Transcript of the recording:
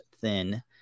thin